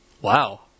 wow